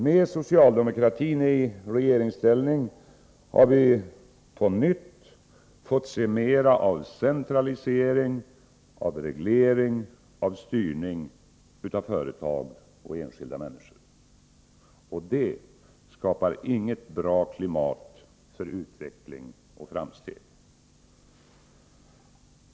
Med socialdemokratin i regeringsställning har vi på nytt fått mera av centralisering, regleringar och styrningar — av företag och enskilda människor. Detta skapar inget bra klimat för utveckling och framsteg.